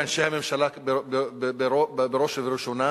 ואנשי הממשלה בראש ובראשונה,